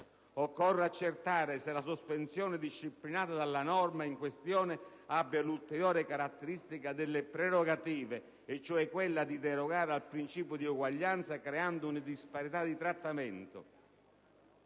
occorre ora accertare se la sospensione disciplinata dalla norma in questione abbia l'ulteriore caratteristica delle prerogative, e cioè quella di derogare al principio di uguaglianza creando una disparità di trattamento.